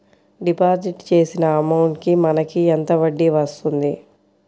Deposit చేసిన amount కి మనకి ఎంత వడ్డీ వస్తుంది?